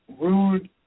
rude